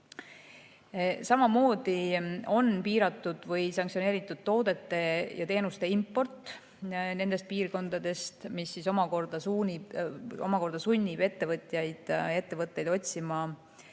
Samamoodi on piiratud või sanktsioneeritud toodete ja teenuste import nendest piirkondadest, mis omakorda sunnib ettevõtjaid otsima uusi,